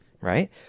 right